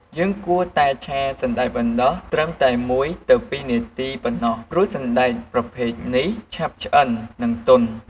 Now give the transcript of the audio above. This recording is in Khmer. យើងគួរតែឆាសណ្ដែកបណ្ដុះត្រឹមតែ ១-២ នាទី ប៉ុណ្ណោះ ព្រោះសណ្ដែកប្រភេទនេះឆាប់ឆ្អិន និងទន់។